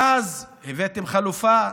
ואז הבאתם חלופה,